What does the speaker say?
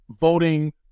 voting